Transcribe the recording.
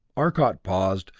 arcot paused,